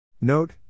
Note